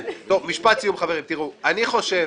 חברים, תראו, אני חושב,